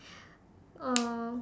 uh